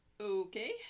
Okay